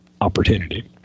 opportunity